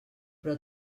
però